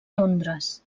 londres